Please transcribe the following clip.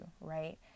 right